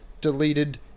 deleted